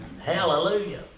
Hallelujah